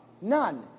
None